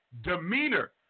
demeanor